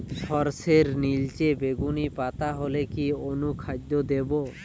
সরর্ষের নিলচে বেগুনি পাতা হলে কি অনুখাদ্য দেবো?